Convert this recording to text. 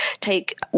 take